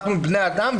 אנחנו בני אדם,